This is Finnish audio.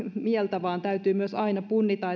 mieltä vaan täytyy myös aina punnita